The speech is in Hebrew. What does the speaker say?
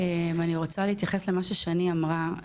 אני רוצה להתייחס למה ששני אמרה.